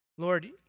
Lord